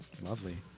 Lovely